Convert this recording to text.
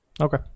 Okay